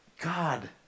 God